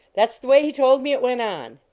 that s the way he told me it went on!